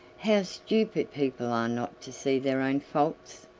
how stupid people are not to see their own faults!